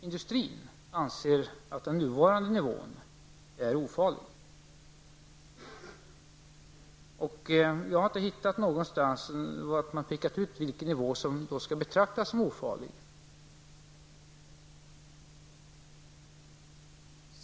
Industrin anser att den nuvarande nivån är ofarlig. Jag har inte någonstans hittat att man pekat ut vilken nivå som skulle betraktas som ofarlig.